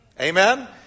Amen